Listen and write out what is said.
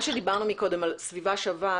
מה שדיברנו קודם על "סביבה שווה",